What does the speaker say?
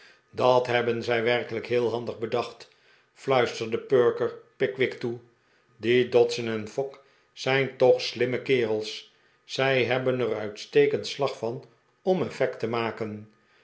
dat hebben zij werkelijk heel handig bedacht fluisterde perker pickwick toe die dodson en fogg zijn toch slimme kerels zij hebben er uitstekend slag van om effect te maken